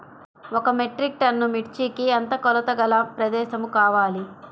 ఒక metric tonne మిర్చికి ఎంత కొలతగల ప్రదేశము కావాలీ?